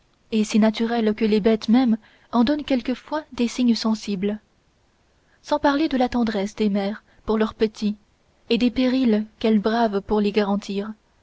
et si naturelle que les bêtes mêmes en donnent quelquefois des signes sensibles sans parler de la tendresse des mères pour leurs petits et des périls qu'elles bravent pour les en garantir